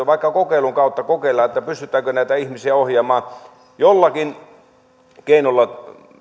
vaikka kokeilun kautta kokeilla pystytäänkö näitä ihmisiä ohjaamaan jollakin keinolla